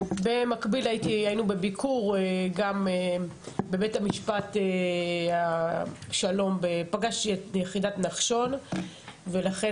במקביל היינו בביקור גם בבית המשפט השלום ופגשתי את יחידת נחשון וכן